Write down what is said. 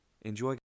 Enjoy